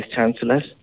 chancellors